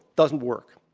doesn't work.